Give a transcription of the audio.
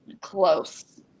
close